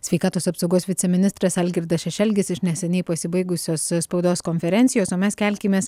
sveikatos apsaugos viceministras algirdas šešelgis iš neseniai pasibaigusios spaudos konferencijos o mes kelkimės